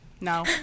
No